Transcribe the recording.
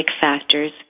factors